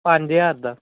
ਪੰਜ ਹਜ਼ਾਰ ਦਾ